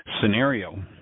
scenario